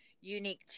unique